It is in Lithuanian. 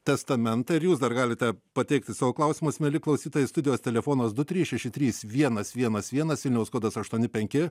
testamentą ir jūs dar galite pateikti savo klausimus mieli klausytojai studijos telefonas du trys šeši trys vienas vienas vienas vilniaus kodas aštuoni penki